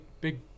big